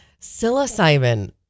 Psilocybin